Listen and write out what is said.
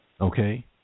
Okay